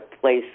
place